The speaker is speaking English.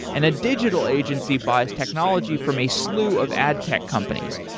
and a digital agency buys technology from a slew of ad tech companies.